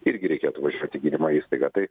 irgi reikėtų važiuot į gydymo įstaigą tai